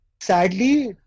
sadly